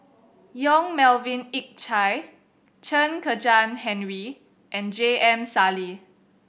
Yong Melvin Yik Chye Chen Kezhan Henri and J M Sali